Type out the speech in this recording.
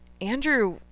Andrew